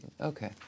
Okay